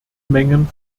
mengen